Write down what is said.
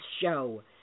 Show